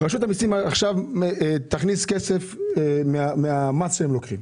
שרשות המסים תכניס עכשיו כסף מהמס שהיא תיקח,